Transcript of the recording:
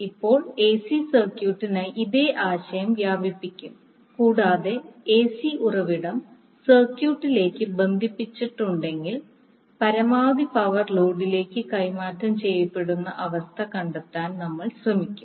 ഇപ്പോൾ എസി സർക്യൂട്ടിനായി ഇതേ ആശയം വ്യാപിപ്പിക്കും കൂടാതെ എസി ഉറവിടം സർക്യൂട്ടിലേക്ക് ബന്ധിപ്പിച്ചിട്ടുണ്ടെങ്കിൽ പരമാവധി പവർ ലോഡിലേക്ക് കൈമാറ്റം ചെയ്യപ്പെടുന്ന അവസ്ഥ കണ്ടെത്താൻ നമ്മൾ ശ്രമിക്കും